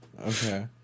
Okay